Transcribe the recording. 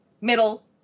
middle